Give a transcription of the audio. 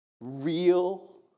real